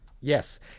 Yes